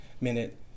minute